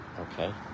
okay